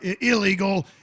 illegal